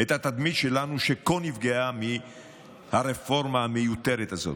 את התדמית שלנו, שכה נפגעה מהרפורמה המיותרת הזאת.